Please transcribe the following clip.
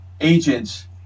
agents